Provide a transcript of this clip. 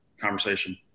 conversation